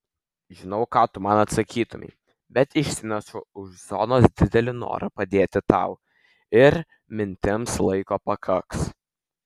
žinau ką tu man atsakytumei bet išsinešu už zonos didelį norą padėti tau ir mintims laiko pakaks